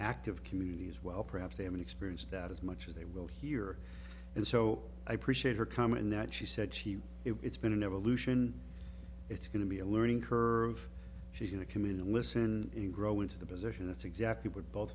active community as well perhaps they haven't experienced that as much as they will here and so i appreciate her coming in that she said she if it's been an evolution it's going to be a learning curve she's in the community listen to grow into the position that's exactly what both